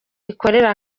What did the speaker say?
ikorera